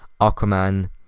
Aquaman